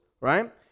right